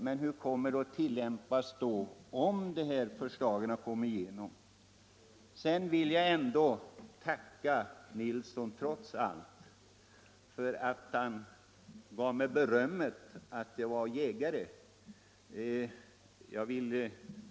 Men hur kommer det att tillämpas om förslagen om enbart reglerad älgjakt går igenom? Jag vill trots allt tacka herr Nilsson i Kalmar för att han gav mig berömmet att jag var en bra jägare.